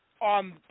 on